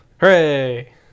Hooray